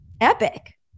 Epic